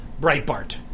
Breitbart